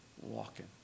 walking